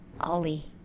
Ollie